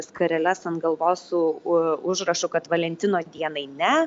skareles ant galvos su užrašu kad valentino dienai ne